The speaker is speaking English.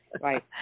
right